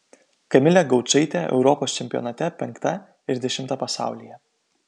kamilė gaučaitė europos čempionate penkta ir dešimta pasaulyje